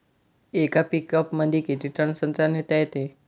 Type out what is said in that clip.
येका पिकअपमंदी किती टन संत्रा नेता येते?